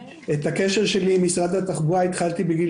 את הקשר שלי עם משרד התחבורה התחלתי בגיל